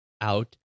out